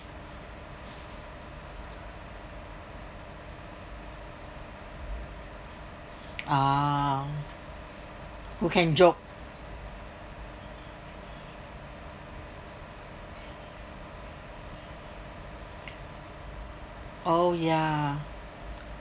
orh who can joke oh ya